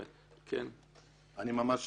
אני ממש